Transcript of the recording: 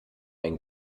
ein